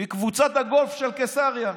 מקבוצת הגולף של קיסריה: